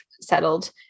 settled